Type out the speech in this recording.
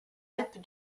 alpes